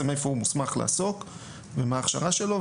איפה הוא מוסמך לעסוק; מהי ההכשרה שלו,